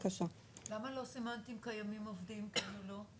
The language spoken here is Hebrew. למה לא סימנת אם קיימים עובדים, כן או לא?